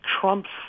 Trump's